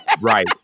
Right